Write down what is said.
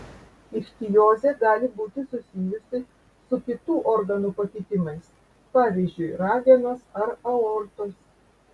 ichtiozė gali būti susijusi su kitų organų pakitimais pavyzdžiui ragenos ar aortos